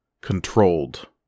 controlled